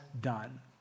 done